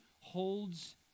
holds